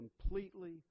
completely